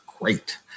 great